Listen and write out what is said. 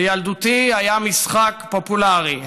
בילדותי היה משחק פופולרי,